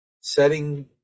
setting